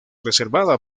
reservada